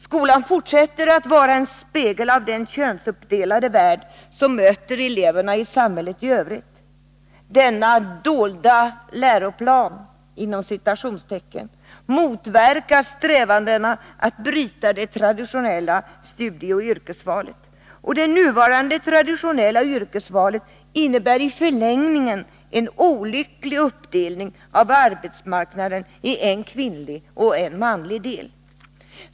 Skolan fortsätter att vara en spegel av den könsuppdelade värld som möter eleverna i samhället i övrigt. Denna ”dolda läroplan” motverkar strävandena att bryta det traditionella studieoch yrkesvalet. Det nuvarande traditionella yrkesvalet innebär i förlängningen en olycklig uppdelning av arbetsmarknaden i en kvinnlig och en manlig del.